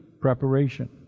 preparation